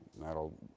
that'll